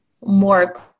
more